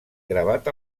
gravat